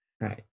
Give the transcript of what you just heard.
Right